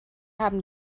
haben